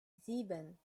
sieben